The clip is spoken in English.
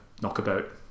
knockabout